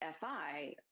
fi